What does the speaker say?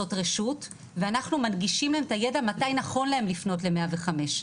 זו רשות ואנחנו מדגישים את הידע מתי נכון להם לפנות ל-105.